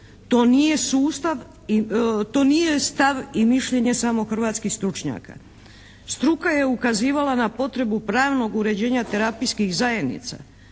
to nije stav i mišljenje samo hrvatskih stručnjaka. Struka je ukazivala na potrebu pravnog uređenja terapijskih zajednica.